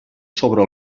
sobre